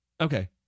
Okay